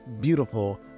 beautiful